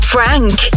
Frank